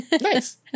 Nice